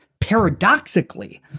paradoxically